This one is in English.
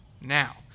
Now